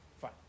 Fine